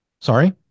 Sorry